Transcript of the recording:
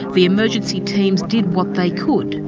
the emergency teams did what they could.